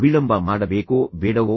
ವಿಳಂಬ ಮಾಡುವುದನ್ನು ನಿಲ್ಲಿಸಬೇಕೋ ಬೇಡವೋ